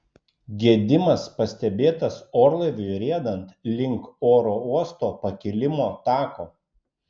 gedimas pastebėtas orlaiviui riedant link oro uosto pakilimo tako